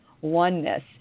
oneness